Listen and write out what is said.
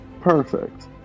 perfect